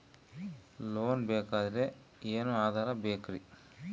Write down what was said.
Loan ಬೇಕಾದ್ರೆ ಏನೇನು ಆಧಾರ ಬೇಕರಿ?